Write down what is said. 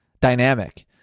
dynamic